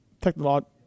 technology